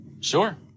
Sure